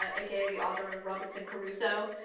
ah aka the author of robinson crusoe.